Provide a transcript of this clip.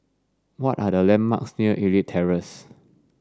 what are the landmarks near Elite Terrace